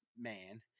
man